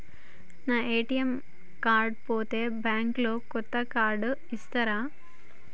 నా ATM card పోతే bank లో కొత్త కార్డు ఇస్తరా?